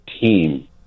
team